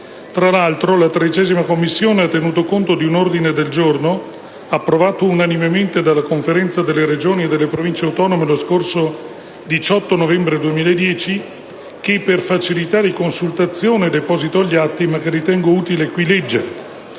Tra l'altro, la 13a Commissione ha tenuto conto di un ordine del giorno, approvato unanimemente dalla Conferenza delle Regioni e delle Province autonome lo scorso 18 novembre 2010, che - per facilità di consultazione - deposito agli atti, ma che ritengo utile in questa